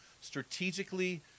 strategically